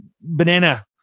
banana